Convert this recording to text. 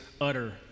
utter